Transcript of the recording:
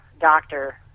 doctor